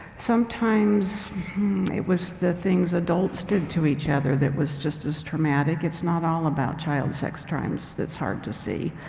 sometimes it was the things adults did to each other that was just as traumatic. it's not all about child sex crimes that's hard to see.